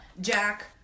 jack